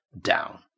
down